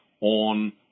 on